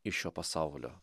iš šio pasaulio